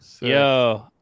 Yo